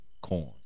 corn